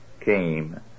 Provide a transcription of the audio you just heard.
came